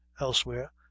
Elsewhere